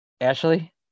Ashley